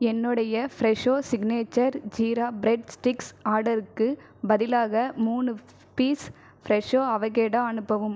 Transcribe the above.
என்னுடைய Fresho signature jeera bread sticks ஆர்டருக்குப் பதிலாக மூணு பீஸ் ஃப்ரெஷோ அவகேடோ அனுப்பவும்